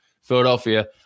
Philadelphia